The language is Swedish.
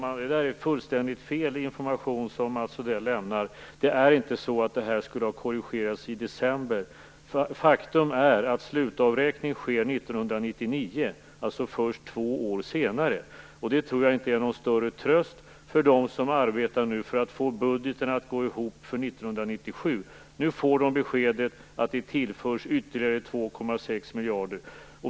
Fru talman! Det är fullständigt fel information som Mats Odell lämnar. Det är inte så att det här skulle ha korrigerats i december. Faktum är att slutavräkning sker 1999, alltså först två år senare. Det tror jag inte är någon större tröst för dem som nu arbetar för att få budgeten att gå ihop för 1997. Nu får de beskedet att de tillförs ytterligare 2,6 miljarder.